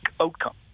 outcome